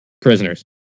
prisoners